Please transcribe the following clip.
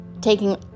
taking